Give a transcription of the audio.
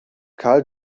carl